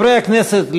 חברי הכנסת,